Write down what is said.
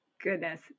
Goodness